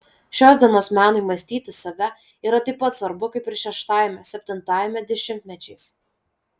šios dienos menui mąstyti save yra taip pat svarbu kaip ir šeštajame septintajame dešimtmečiais